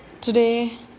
Today